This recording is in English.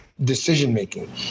decision-making